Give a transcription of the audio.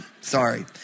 Sorry